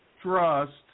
trust